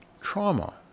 trauma